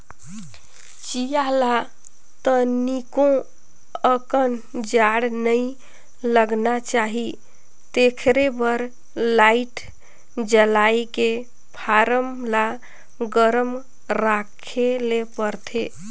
चीया ल तनिको अकन जाड़ नइ लगना चाही तेखरे बर लाईट जलायके फारम ल गरम राखे ले परथे